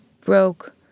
broke